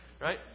right